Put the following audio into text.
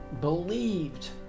believed